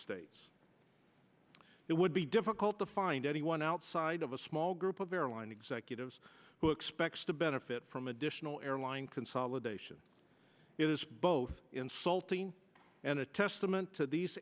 states it would be difficult to find anyone outside of a small group of airline executives who expects to benefit from additional airline consolidation it is both insulting and a testament to these